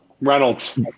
Reynolds